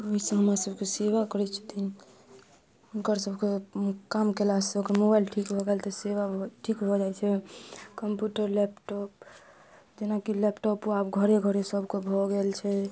ओहिसँ हमरा सभके सेवा करै छथिन हुनकर सभके काम केलासँ मोबाइल ठीक भऽ गेल तऽ सेवा ठीक भऽ जाइ छै कम्प्यूटर लैपटॉप जेनाकि लैपटॉप आब घरे घरे सभके भऽ गेल छै